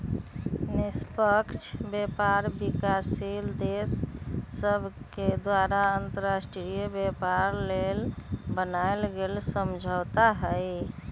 निष्पक्ष व्यापार विकासशील देश सभके द्वारा अंतर्राष्ट्रीय व्यापार लेल बनायल गेल समझौता हइ